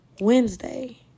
Wednesday